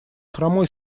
хромой